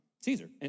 Caesar